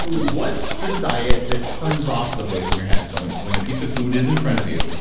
what's the diet that turns off the voice in your head? so and when a piece of food is in front of you,